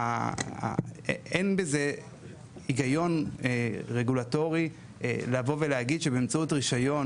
אין בזה היגיון רגולטורי לבוא ולהגיד שבאמצעות רישיון,